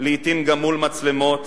לעתים גם מול מצלמות,